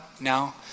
now